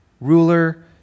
ruler